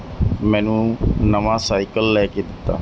ਮੈਨੂੰ ਨਵਾਂ ਸਾਈਕਲ ਲੈ ਕੇ ਦਿੱਤਾ